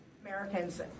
americans